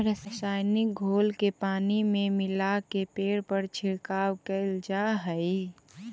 रसायनिक घोल के पानी में मिलाके पेड़ पर छिड़काव कैल जा हई